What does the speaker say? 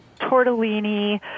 tortellini